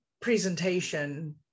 presentation